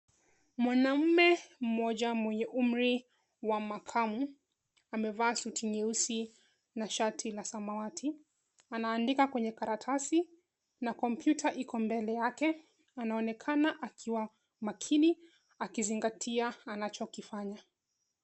Mwanaume mmoja mwenye umri wa makamu amevaa suti nyeusi na shati la samawati. Anaandika kwenye karatasi na kompyuta iko mbele yake. Anaonekana akiwa makini akizingatia anachokifanya.